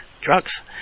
drugs